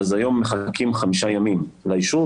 אז היום מחכים חמישה ימים לאישור,